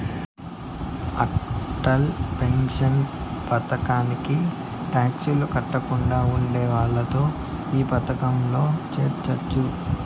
Atal pension పథకానికి tax కట్టకుండా ఉండే వాళ్లంతా ఈ పథకంలో చేరొచ్చు